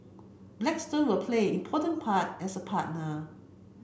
Blackstone will play an important part as a partner